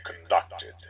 conducted